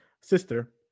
sister